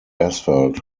asphalt